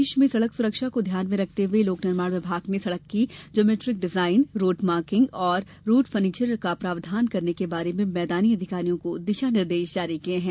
प्रदेश में सड़क सुरक्षा को ध्यान में रखते हुए लोक निर्माण विभाग ने सड़क की ज्योमेट्रिक डिजाइन रोड मार्किंग और रोड फर्नीचर का प्रावधान करने के बारे में मैदानी अधिकारियों को दिशा निर्देश जारी किये हैं